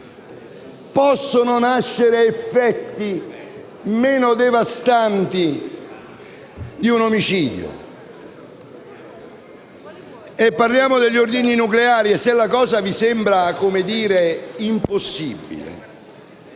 possono nascere effetti meno devastanti di un omicidio? E se, parlando di ordigni nucleari, la cosa vi sembra impossibile,